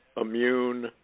immune